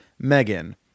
Megan